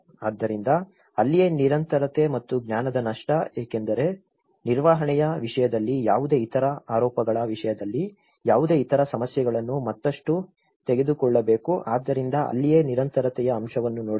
ಆದ್ದರಿಂದ ಅಲ್ಲಿಯೇ ನಿರಂತರತೆ ಮತ್ತು ಜ್ಞಾನದ ನಷ್ಟ ಏಕೆಂದರೆ ನಿರ್ವಹಣೆಯ ವಿಷಯದಲ್ಲಿ ಯಾವುದೇ ಇತರ ಆರೋಪಗಳ ವಿಷಯದಲ್ಲಿ ಯಾವುದೇ ಇತರ ಸಮಸ್ಯೆಗಳನ್ನು ಮತ್ತಷ್ಟು ತೆಗೆದುಕೊಳ್ಳಬೇಕು ಆದ್ದರಿಂದ ಅಲ್ಲಿಯೇ ನಿರಂತರತೆಯ ಅಂಶವನ್ನು ನೋಡಬೇಕು